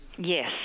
Yes